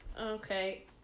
Okay